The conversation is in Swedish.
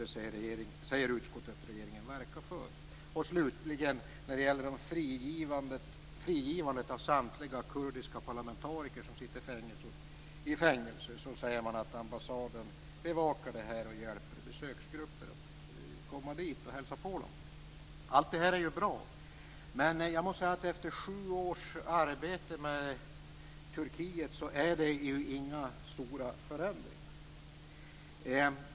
Det säger utskottet att regeringen verkar för. Slutligen, när det gäller frigivandet av samtliga kurdiska parlamentariker som sitter i fängelse, säger man att ambassaden bevakar detta och hjälper besöksgrupper att komma dit och hälsa på. Allt det här är bra. Men jag måste säga att efter sju års arbete med Turkiet är det inga stora förändringar.